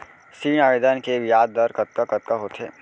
ऋण आवेदन के ब्याज दर कतका कतका होथे?